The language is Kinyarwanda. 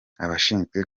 abashinzwe